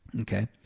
okay